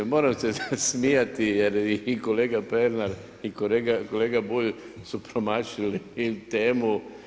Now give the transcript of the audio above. Moram se smijati jer i kolega Pernar i kolega Bulj su promašili temu.